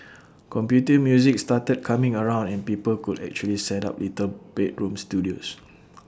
computer music started coming around and people could actually set up little bedroom studios